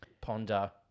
ponder